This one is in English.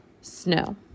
snow